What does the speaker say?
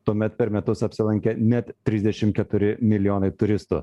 tuomet per metus apsilankė net trisdešim keturi milijonai turistų